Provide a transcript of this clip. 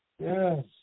Yes